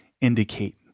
indicate